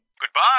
Goodbye